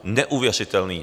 Neuvěřitelné!